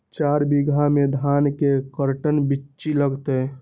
चार बीघा में धन के कर्टन बिच्ची लगतै?